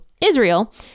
Israel